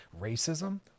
racism